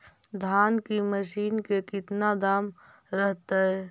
धान की मशीन के कितना दाम रहतय?